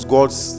God's